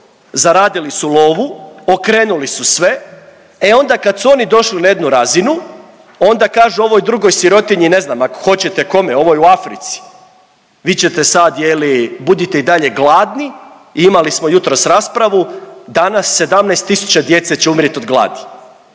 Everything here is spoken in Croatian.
zaradili su lovu, okrenuli su sve, e onda kad su oni došli na jednu razinu onda kažu ovoj drugoj sirotinji ne znam ako hoćete kome ovoj u Africi, vi ćete sad je li budite i dalje gladni imali smo jutros raspravu, danas 17 tisuća djece će umrijeti od gladi.